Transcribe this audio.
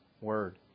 word